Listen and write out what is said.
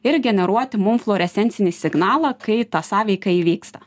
ir generuoti mum fluorescencinį signalą kai ta sąveika įvyksta